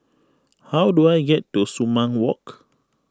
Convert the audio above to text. how do I get to Sumang Walk